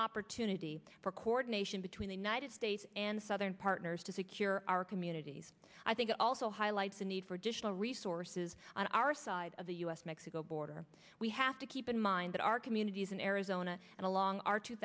opportunity for coordination between the united states and southern partners to secure our communities i think it also highlights a need for additional resources on our side of the us mexico border we have to keep in mind that our communities in arizona and along our two